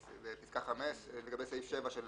פסקה (5) לגבי סעיף 7 של